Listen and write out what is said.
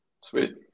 Sweet